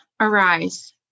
Arise